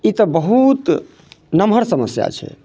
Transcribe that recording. ई तऽ बहूत नमहर समस्या छै